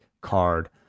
card